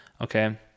Okay